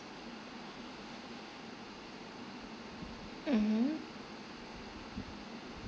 mmhmm